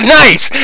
nice